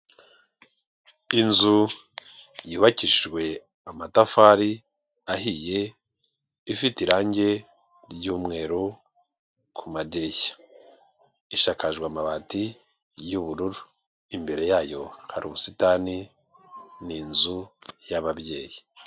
Inzu yubakishijwe amatafari ahiye, ifite irange ry'umweru ku madirishya, ishakajwe amabati y'ubururu, imbere yayo hari ubusitani ni inzu y'ababyeyi.